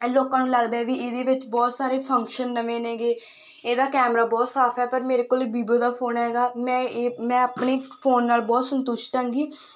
ਲੋਕਾਂ ਨੂੰ ਲੱਗਦਾ ਹੈ ਵੀ ਇਹਦੇ ਵਿੱਚ ਬਹੁਤ ਸਾਰੇ ਫ਼ੰਕਸ਼ਨ ਨਵੇਂ ਨੇਗੇ ਇਹਦਾ ਕੈਮਰਾ ਬਹੁਤ ਸਾਫ਼ ਹੈ ਪਰ ਮੇਰੇ ਕੋਲ ਵੀਵੋ ਦਾ ਫੋਨ ਹੈਗਾ ਮੈਂ ਇਹ ਮੈਂ ਆਪਣੇ ਫੋਨ ਨਾਲ ਬਹੁਤ ਸੰਤੁਸ਼ਟ ਐਂਗੀ